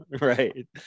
Right